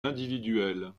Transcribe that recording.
individuelles